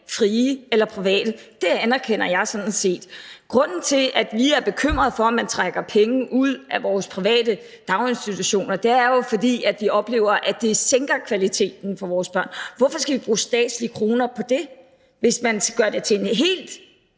frie eller private, anerkender jeg sådan set. Grunden til, at vi er bekymrede for, om man trækker penge ud af vores private daginstitutioner, er jo, at vi oplever, at det sænker kvaliteten for vores børn. Hvorfor skal vi bruge statslige kroner på det? Hvis man gør det til en hel